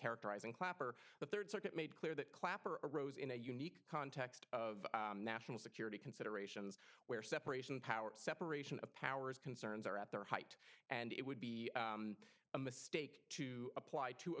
characterizing clapper the third circuit made clear that clapper arose in a unique context of national security considerations where separation of powers separation of powers concerns are at their height and it would be a mistake to apply too